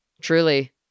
Truly